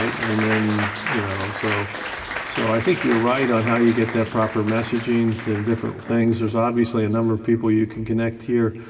and then, you know. so so i think you're right on how you get that proper messaging, the different things. there's obviously a number of people you can connect here.